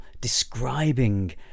describing